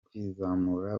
kwizamura